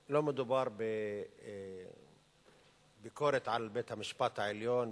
לא מדובר בביקורת על בית-המשפט העליון.